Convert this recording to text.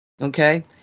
Okay